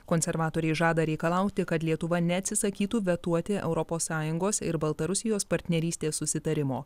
konservatoriai žada reikalauti kad lietuva neatsisakytų vetuoti europos sąjungos ir baltarusijos partnerystės susitarimo